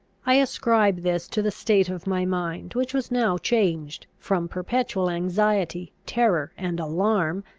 i ascribe this to the state of my mind, which was now changed, from perpetual anxiety, terror, and alarm,